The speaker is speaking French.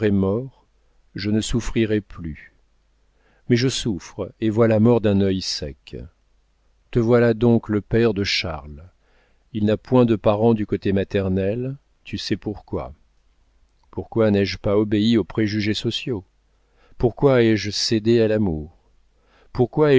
mort je ne souffrirais plus mais je souffre et vois la mort d'un œil sec te voilà donc le père de charles il n'a point de parents du côté maternel tu sais pourquoi pourquoi n'ai-je pas obéi aux préjugés sociaux pourquoi ai-je cédé à l'amour pourquoi